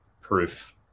proof